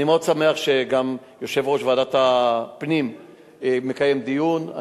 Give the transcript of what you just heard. אני מאוד שמח שגם יושב-ראש ועדת הפנים מקיים דיון.